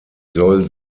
soll